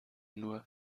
nur